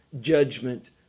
judgment